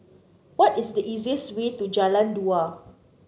what is the easiest way to Jalan Dua